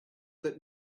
that